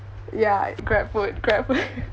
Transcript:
ya grab food grab fo~